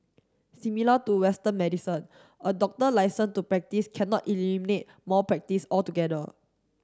similar to western medicine a doctor licence to practise cannot eliminate malpractice altogether